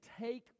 take